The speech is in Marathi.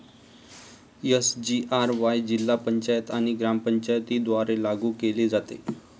एस.जी.आर.वाय जिल्हा पंचायत आणि ग्रामपंचायतींद्वारे लागू केले जाते